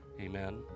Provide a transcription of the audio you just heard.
Amen